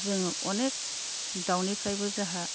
जोङो अनेक दावनिफ्रायबो जोंहा